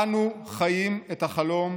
אנו חיים את החלום,